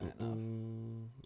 enough